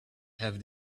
have